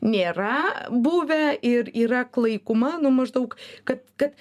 nėra buvę ir yra klaikuma nu maždaug kad kad